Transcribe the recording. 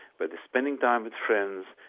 but it's spending time with friends,